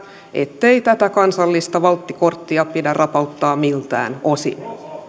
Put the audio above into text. ettei tätä kansallista valttikorttia pidä rapauttaa miltään osin